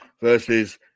versus